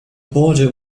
border